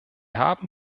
haben